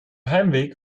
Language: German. heimweg